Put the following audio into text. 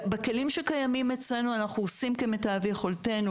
בכלים שקיימים אצלנו אנחנו עושים כמיטב יכולתנו